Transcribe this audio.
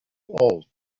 old